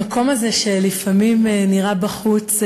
המקום הזה, שלפעמים נראה בחוץ,